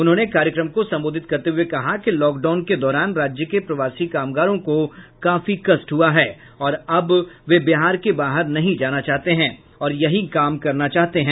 उन्होंने कार्यक्रम को संबोधित करते हुए कहा कि लॉकडाउन के दौरान राज्य के प्रवासी कामगारों को काफी कष्ट हुआ है और अब वे बिहार के बाहर नहीं जाना चाहते हैं और यहीं काम करना चाहते हैं